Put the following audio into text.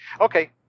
Okay